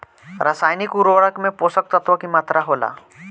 रसायनिक उर्वरक में पोषक तत्व की मात्रा होला?